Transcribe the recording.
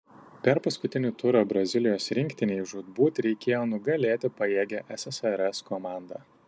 per paskutinį turą brazilijos rinktinei žūtbūt reikėjo nugalėti pajėgią ssrs komandą